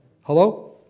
Hello